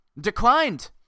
declined